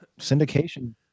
syndication